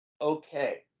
okay